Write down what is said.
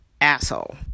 Asshole